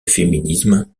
féminisme